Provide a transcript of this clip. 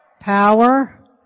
Power